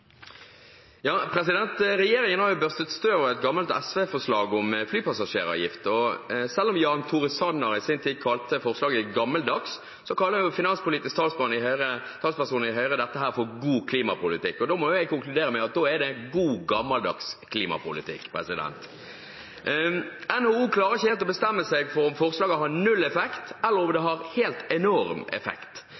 Regjeringen har børstet støv av et gammelt SV-forslag om flypassasjeravgift. Selv om Jan Tore Sanner i sin tid kalte forslaget gammeldags, kaller finanspolitisk talsperson i Høyre dette for god klimapolitikk. Da må jeg konkludere med at det er god, gammeldags klimapolitikk. NHO klarer ikke helt å bestemme seg for om forslaget har null effekt, eller om det har helt enorm effekt.